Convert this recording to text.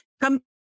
come